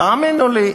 תאמינו לי,